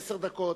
עשר דקות.